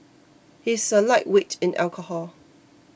he is a lightweight in alcohol